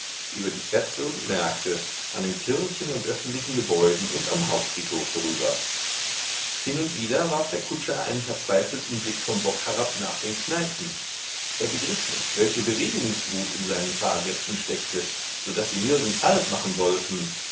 über die plätze und märkte an den kirchen und öffentlichen gebäuden und am hauptfriedhof vorüber hin und wieder warf der kutscher einen verzweifelten blick vom bock herab nach den kneipen er begriff nicht welche bewegungswut in seinen fahrgästen steckte so daß sie nirgends halt machen wollten